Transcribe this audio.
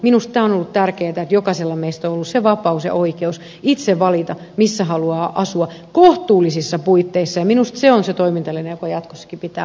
minusta tämä on ollut tärkeätä että jokaisella meistä on ollut vapaus ja oikeus itse valita missä haluaa asua kohtuullisissa puitteissa ja minusta se on se toimintalinja joka jatkossakin pitää olla